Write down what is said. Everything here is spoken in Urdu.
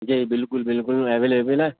جی بالکل بالکل اویلیبل ہے